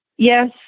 yes